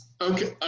Okay